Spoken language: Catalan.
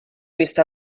vista